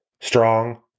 Strong